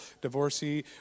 divorcee